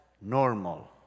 normal